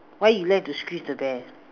why you like to squeeze the bear